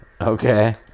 Okay